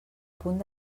punt